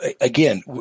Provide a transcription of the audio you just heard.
again